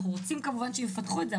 אנחנו רוצים כמובן שיפתחו את זה,